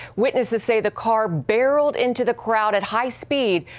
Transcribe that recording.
witnesses say the car barreled into the crowd at high speed,